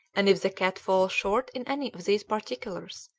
and if the cat fall short in any of these particulars,